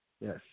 Yes